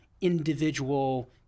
individual